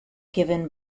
given